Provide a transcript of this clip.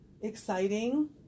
exciting